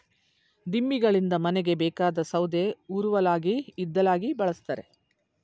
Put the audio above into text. ದಿಮ್ಮಿಗಳಿಂದ ಮನೆಗೆ ಬೇಕಾದ ಸೌದೆ ಉರುವಲಾಗಿ ಇದ್ದಿಲಾಗಿ ಬಳ್ಸತ್ತರೆ